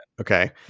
Okay